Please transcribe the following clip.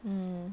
mm